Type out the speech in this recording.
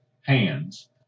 hands